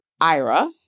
IRA